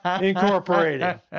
Incorporated